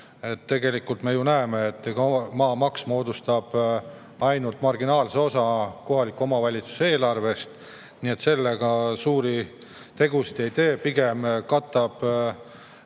Tegelikult me ju näeme, et maamaks moodustab ainult marginaalse osa kohaliku omavalitsuse eelarvest, nii et sellega suuri tegusid ei tee. Pigem katab